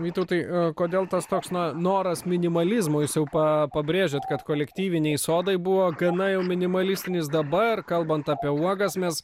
vytautai kodėl tas toks noras minimalizmui jūs jau pa pabrėžėt kad kolektyviniai sodai buvo gana jau minimalistinis dabar kalbant apie uogas mes